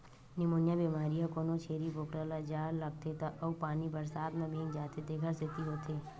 pneumonia बेमारी ह कोनो छेरी बोकरा ल जाड़ लागथे त अउ पानी बरसात म भीग जाथे तेखर सेती होथे